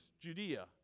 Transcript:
Judea